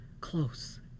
close